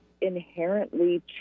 Inherently